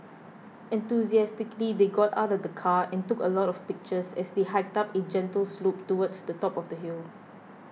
enthusiastically they got out of the car and took a lot of pictures as they hiked up a gentle slope towards the top of the hill